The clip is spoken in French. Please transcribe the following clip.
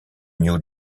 new